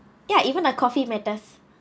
ya even a coffee matters